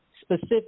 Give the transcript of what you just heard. specific